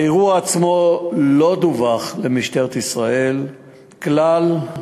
האירוע עצמו לא דווח למשטרת ישראל כלל,